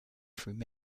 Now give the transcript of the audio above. through